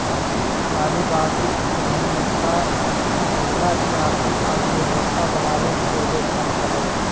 नारीवादी उद्यमितामहिला के आर्थिक आत्मनिर्भरता बनाबे के एगो तंत्र हइ